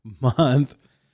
month